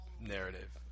Narrative